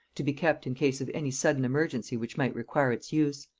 to be kept in case of any sudden emergency which might require its use.